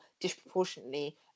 disproportionately